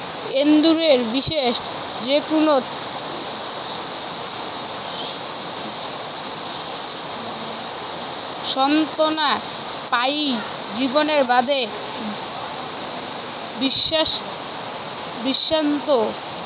এন্দুরের বিষ যেকুনো স্তন্যপায়ী জীবের বাদে বিষাক্ত,